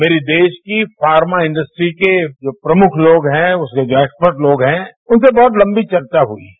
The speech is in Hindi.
मेरे देश की फार्मा इंडस्ट्री के जो प्रमुख लोग है जो एक्सपर्ट लॉग है उनसे बहुत लंबी चर्चा हुई है